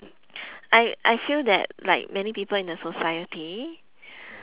I I feel that like many people in the society